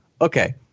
okay